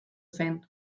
zen